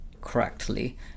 correctly